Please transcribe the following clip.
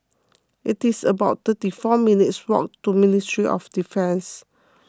it is about thirty four minutes' walk to Ministry of Defence